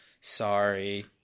sorry